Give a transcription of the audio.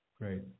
Great